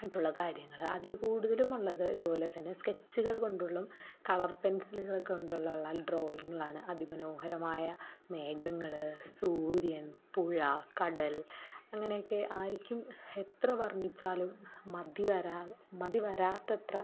മറ്റുള്ള കാര്യങ്ങൾ അതിൽ കൂടുതലും ഉള്ളത് ഇതുപോലെ തന്നെ സ്കെച്ചുകൾ കൊണ്ടുള്ളും കളർ പെൻസിലുകൾ കൊണ്ടുള്ള ഡ്രോയിംഗിലാണ് അതി മനോഹരമായ മേഘങ്ങൾ സൂര്യൻ പുഴ കടൽ അങ്ങനെയൊക്കെ ആയിരിക്കും എത്ര വർണ്ണിച്ചാലും മതി വരാ മതി വരാത്തത്ര